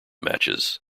matches